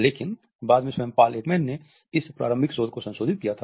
लेकिन बाद में स्वयं पॉल एकमैन ने इस प्रारंभिक शोध को संशोधित किया था